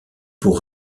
pour